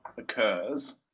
occurs